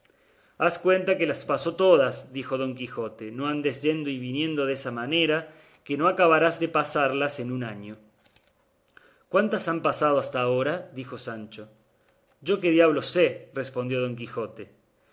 haz cuenta que las pasó todas dijo don quijote no andes yendo y viniendo desa manera que no acabarás de pasarlas en un año cuántas han pasado hasta agora dijo sancho yo qué diablos sé respondió don quijote he